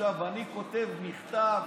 עכשיו אני כותב מכתב